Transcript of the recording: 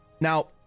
now